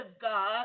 God